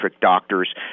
doctors